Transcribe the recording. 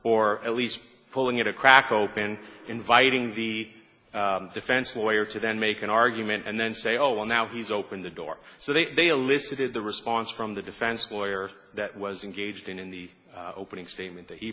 or at least pulling it a crack open inviting the defense lawyer to then make an argument and then say oh well now he's open the door so they they elicit a response from the defense lawyer that was engaged in the opening statement that he